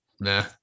nah